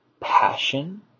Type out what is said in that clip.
passion